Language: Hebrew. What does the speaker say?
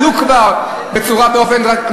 עלו כבר בצורה דרמטית.